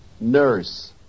nurse